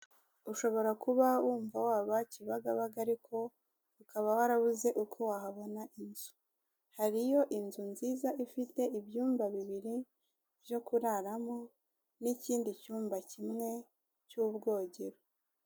Ushobora kuba wumva waba kibagabaga ariko, ukaba warabuze uko wahabona inzu, Hariyo inzu nziza ifite ibyumba bibiri, byo kuraramo, n'ikindi cyumba kimwe, cy'ubwogero.